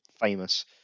famous